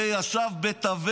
זה: ישב בטברנה,